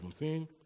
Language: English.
17